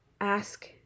ask